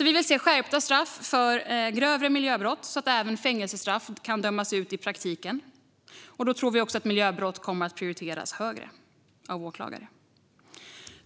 Vi vill se skärpta straff för grövre miljöbrott så att fängelsestraff kan dömas ut även i praktiken. Vi tror också att miljöbrott då kommer att prioriteras högre av åklagare.